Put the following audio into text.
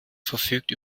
verfügt